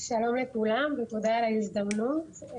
שלום לכולם ותודה על ההזדמנות.